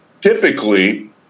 Typically